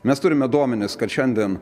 mes turime duomenis kad šiandien